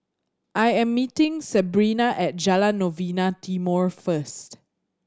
I am meeting Sebrina at Jalan Novena Timor first